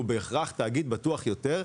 הוא בהכרח תאגיד בטוח יותר,